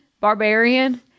barbarian